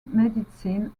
medicine